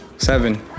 Seven